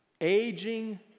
aging